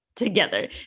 together